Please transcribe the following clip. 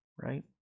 right